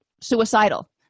suicidal